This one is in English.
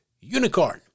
Unicorn